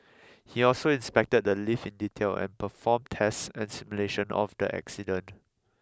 he also inspected the lift in detail and performed tests and simulations of the accident